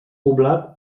poblat